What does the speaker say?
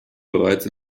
bereits